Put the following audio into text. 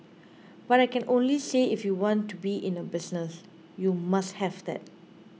but I can only say if you want to be in a business you must have that